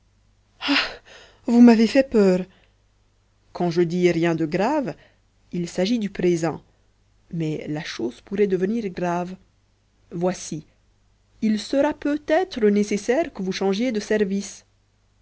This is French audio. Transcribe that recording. vous m'avez fait peur quand je dis rien de grave il s'agit du présent mais la chose pourrait devenir grave voici il sera peut-être nécessaire que vous changiez de service